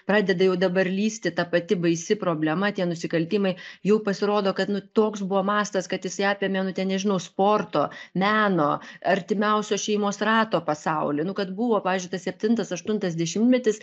pradeda jau dabar lįsti ta pati baisi problema tie nusikaltimai jau pasirodo kad nu toks buvo mastas kad jisai apėmė nu ten nežinau sporto meno artimiausio šeimos rato pasaulį nu kad buvo pavyzdžiui tas septintas aštuntas dešimtmetis